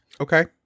Okay